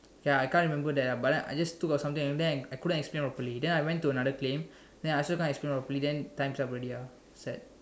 okay I can't remember that ah but then I just took of something then I couldn't explain properly then I went to another claim and then I still can't explain properly and then times up already ah sad